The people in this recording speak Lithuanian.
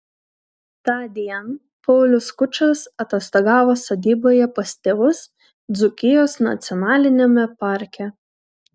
tądien paulius skučas atostogavo sodyboje pas tėvus dzūkijos nacionaliniame parke